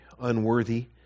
unworthy